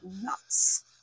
nuts